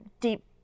deep